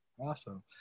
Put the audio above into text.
Awesome